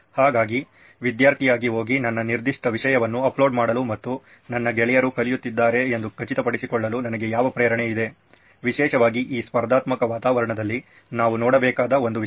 ಹಾಗಾಗಿ ವಿದ್ಯಾರ್ಥಿಯಾಗಿ ಹೋಗಿ ನನ್ನ ನಿರ್ದಿಷ್ಟ ವಿಷಯವನ್ನು ಅಪ್ಲೋಡ್ ಮಾಡಲು ಮತ್ತು ನನ್ನ ಗೆಳೆಯರು ಕಲಿಯುತ್ತಿದ್ದಾರೆ ಎಂದು ಖಚಿತಪಡಿಸಿಕೊಳ್ಳಲು ನನಗೆ ಯಾವ ಪ್ರೇರಣೆ ಇದೆ ವಿಶೇಷವಾಗಿ ಈ ಸ್ಪರ್ಧಾತ್ಮಕ ವಾತಾವರಣದಲ್ಲಿ ನಾವು ನೋಡಬೇಕಾದ ಒಂದು ವಿಷಯ